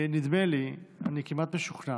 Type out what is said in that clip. נדמה לי, אני כמעט משוכנע,